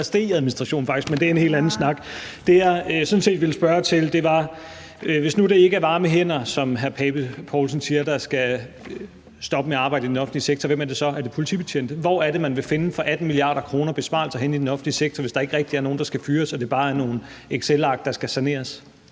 Hvor er det, man vil finde for 18 mia. kr. besparelser henne i den offentlige sektor, hvis der ikke rigtig er nogen, der skal fyres, og det bare er nogle excelark, der skal saneres?